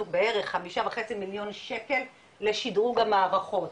בערך חמישה וחצי מיליון שקל לשדרוג המערכות,